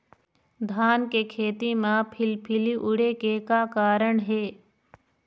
धान के खेती म फिलफिली उड़े के का कारण हे?